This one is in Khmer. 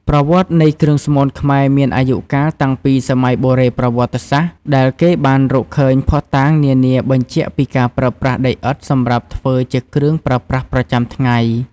ប្រវត្តិនៃគ្រឿងស្មូនខ្មែរមានអាយុកាលតាំងពីសម័យបុរេប្រវត្តិសាស្រ្ត ដែលគេបានរកឃើញភស្តុតាងនានាបញ្ជាក់ពីការប្រើប្រាស់ដីឥដ្ឋសម្រាប់ធ្វើជាគ្រឿងប្រើប្រាស់ប្រចាំថ្ងៃ។